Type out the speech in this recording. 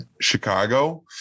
Chicago